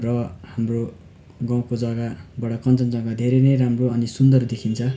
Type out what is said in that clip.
र हाम्रो गाउँको जग्गाबटा कन्चनजङ्घा धेरै नै राम्रो अनि सुन्दर देखिन्छ